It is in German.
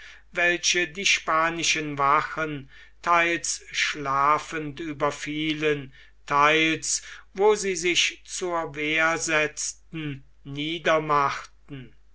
welche die spanischen wachen theils schlafend überfielen theils wo sie sich zur wehr setzten niedermachten